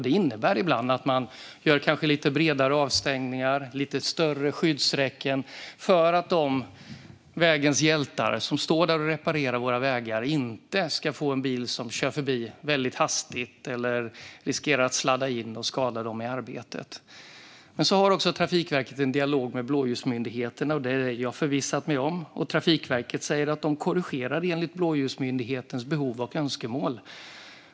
Det innebär att man ibland kanske gör lite bredare avstängningar eller har lite större skyddsräcken för att de vägens hjältar som står där och reparerar våra vägar inte ska råka ut för en bil som kör förbi väldigt hastigt eller riskerar att sladda in och skada dem i arbetet. Trafikverket har också en dialog med blåljusmyndigheterna - det har jag förvissat mig om. Trafikverket säger att de korrigerar enlig blåljusmyndighetens behov och önskemål.